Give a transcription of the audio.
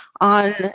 on